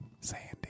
Sandy